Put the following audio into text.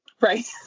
Right